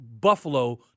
Buffalo